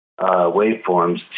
waveforms